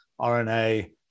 RNA